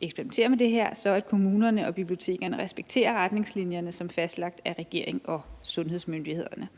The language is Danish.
eksperimenterer med det her – at kommunerne og bibliotekerne respekterer retningslinjerne som fastlagt af regeringen og sundhedsmyndighederne.